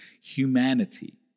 humanity